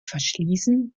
verschließen